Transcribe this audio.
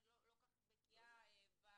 אני לא כל כך בקיאה במקצועיות,